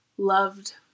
loved